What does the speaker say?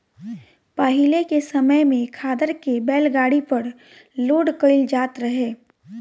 पाहिले के समय में खादर के बैलगाड़ी पर लोड कईल जात रहे